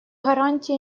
гарантии